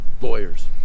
Lawyers